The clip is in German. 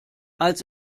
als